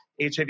HIV